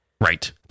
right